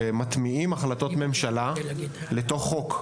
שבה מטמיעים החלטות ממשלה לתוך חוק.